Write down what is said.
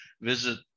visit